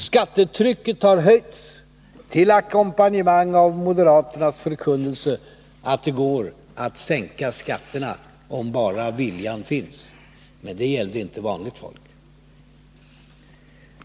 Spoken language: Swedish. Skattetrycket har höjts till ackompanjemang av moderaternas förkunnelse att det går att sänka skatterna om bara viljan finns — men det gällde inte vanligt folk.